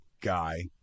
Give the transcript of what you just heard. guy